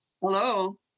Hello